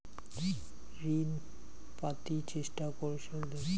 ঋণ পাতি চেষ্টা কৃষকদের জন্য বিশেষ সুবিধা আছি কি?